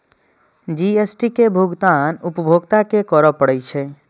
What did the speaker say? GST के भुगतान उपभोक्ता कें करय पड़ै छै